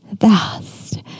vast